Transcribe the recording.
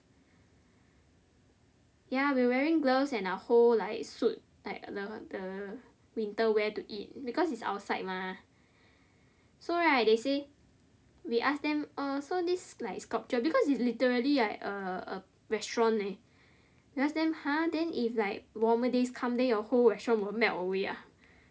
ya we wearing gloves and our whole like suit like the the winter wear to eat beacuse it's outside mah so right they say we ask them uh so these like sculpture because this is literally like a a restaurant leh we ask them !huh! then if like warmer days come then your whole restaurant will melt away ah